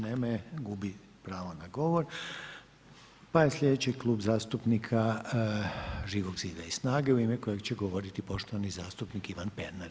Nema je, gubi pravo na govor, pa je slijedeći Klub zastupnika Živog zida i SNAGA-e u ime kojeg će govoriti poštovani zastupnik Ivan Pernar.